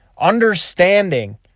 Understanding